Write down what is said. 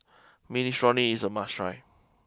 Minestrone is a must try